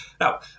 Now